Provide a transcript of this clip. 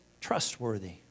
trustworthy